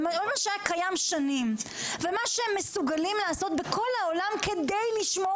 זה מה שהיה קיים שנים ומה שמסוגלים לעשות בכל העולם כדי לשמור